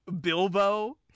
Bilbo